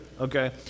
okay